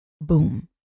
Boom